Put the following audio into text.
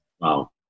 Wow